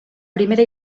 primera